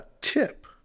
tip